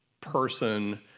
person